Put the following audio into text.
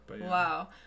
wow